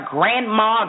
grandma